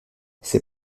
ses